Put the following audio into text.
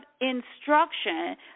instruction